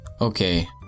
Okay